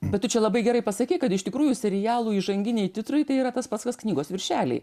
bet tu čia labai gerai pasakei kad iš tikrųjų serialų įžanginiai titrai tai yra tas pats kas knygos viršeliai